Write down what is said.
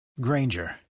Granger